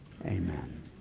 amen